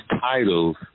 titles